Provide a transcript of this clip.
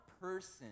person